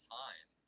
time